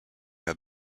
have